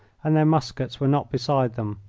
and their muskets were not beside them.